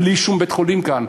בלי שום בית-חולים כאן,